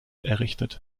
errichtet